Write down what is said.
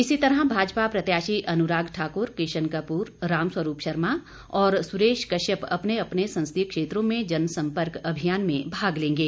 इसी तरह भाजपा प्रत्याशी अनुराग ठाकुर किशन कपूर रामस्वरूप शर्मा और सुरेश कश्यप अपने अपने संसदीय क्षेत्रों में जनसंपर्क अभियान में भाग लेंगे